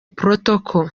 protocol